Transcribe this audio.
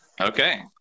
Okay